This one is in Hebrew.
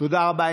תודה רבה.